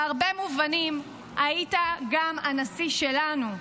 בהרבה מובנים היית גם הנשיא שלנו.